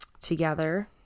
together